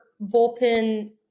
bullpen